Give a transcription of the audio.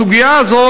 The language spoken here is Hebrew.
הסוגיה הזאת,